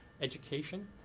education